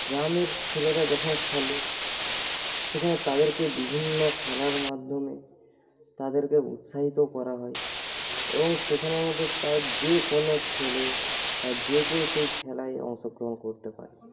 গ্রামের ছেলেরা যখন খেলে সেখানে তাঁদেরকে বিভিন্ন খেলার মাধ্যমে তাঁদেরকে উৎসাহিত করা হয় এবং সেখানে আমাদের তার যে কোনো ছেলে আর যে কেউ সেই খেলায় অংশগ্রহণ করতে পারে